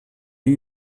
new